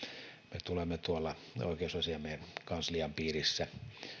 me tulemme oikeusasiamiehen kanslian piirissä